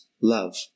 love